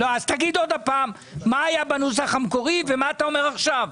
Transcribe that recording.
אז תגיד שוב מה היה בנוסח המקורי ומה אתה אומר עכשיו.